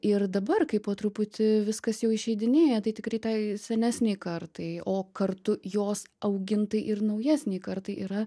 ir dabar kai po truputį viskas jau išeidinėja tai tikrai tai senesnei kartai o kartu jos augintai ir naujesnei kartai yra